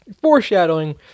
foreshadowing